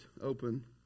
open